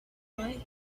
like